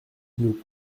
nous